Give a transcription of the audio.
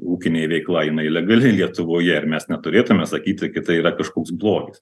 ūkinė veikla jinai legali lietuvoje ir mes neturėtume sakyti kad tai yra kažkoks blogis